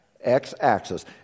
X-axis